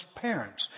parents